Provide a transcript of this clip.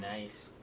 Nice